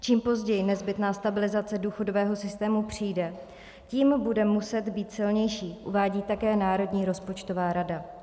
Čím později nezbytná stabilizace důchodového systému přijde, tím bude muset být silnější, uvádí také Národní rozpočtová rada.